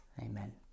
Amen